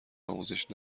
آموزش